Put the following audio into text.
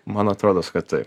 man atrodos kad taip